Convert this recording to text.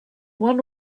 one